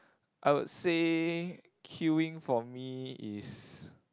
I will say queueing for me is